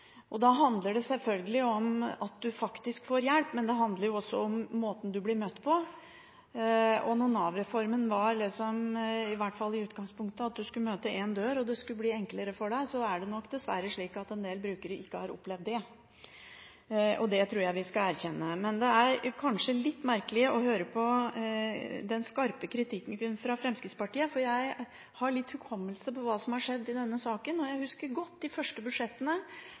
hjelpeapparatet. Da handler det sjølsagt om at du faktisk får hjelp, men det handler også om måten du blir møtt på. Med Nav-reformen var i hvert fall utgangspunktet at du skulle møte én dør, og det skulle bli enklere for deg. Det er nok dessverre slik at en del brukere ikke har opplevd det. Det tror jeg vi skal erkjenne. Men det er kanskje litt merkelig å høre på den skarpe kritikken fra Fremskrittspartiet – for jeg har litt hukommelse når det gjelder hva som har skjedd i denne saken. Jeg husker godt de første budsjettene